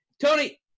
Tony